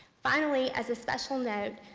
finally, as a special note,